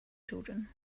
children